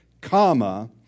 Comma